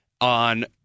on